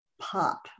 pop